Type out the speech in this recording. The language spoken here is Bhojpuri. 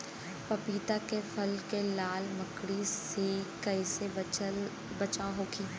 पपीता के फल के लाल मकड़ी से कइसे बचाव होखि?